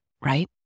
right